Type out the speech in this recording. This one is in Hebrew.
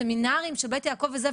הסמינרים של בית יעקב וזה,